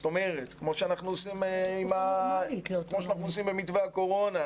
זאת אומרת, כמו שאנחנו עושים במתווה הקורונה.